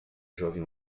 jovem